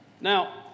Now